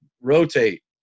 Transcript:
Rotate